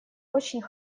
очень